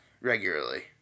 regularly